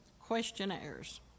questionnaires